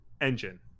engine